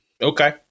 Okay